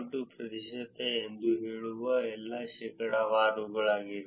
2 ಪ್ರತಿಶತ ಎಂದು ಹೇಳುವ ಎಲ್ಲಾ ಶೇಕಡಾವಾರುಗಳಾಗಿವೆ